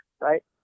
right